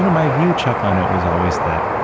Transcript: you know my view, chuck on it was always that,